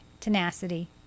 tenacity